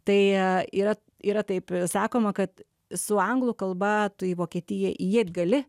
tai yra yra taip sakoma kad su anglų kalba tu į vokietiją įeiti gali